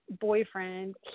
boyfriend